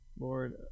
Lord